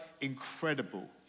incredible